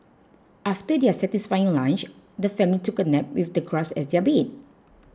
after their satisfying lunch the family took a nap with the grass as their bed